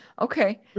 Okay